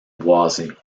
boisé